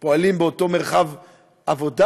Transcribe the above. פועלים באותו מרחב עבודה.